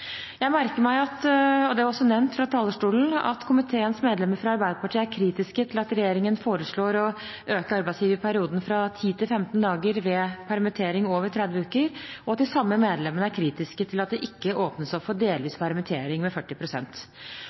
Jeg merker meg – og det er også nevnt fra talerstolen – at komiteens medlemmer fra Arbeiderpartiet er kritiske til at regjeringen foreslår å øke arbeidsgiverperioden fra 10 til 15 dager ved permittering over 30 uker, og at de samme medlemmene er kritiske til at det ikke åpnes opp for delvis permittering med